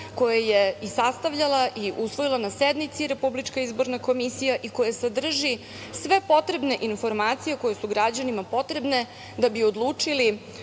koje je i sastavljala i usvojila na sednici RIK i koja sadrži sve potrebne informacije koje su građanima potrebne da bi odlučili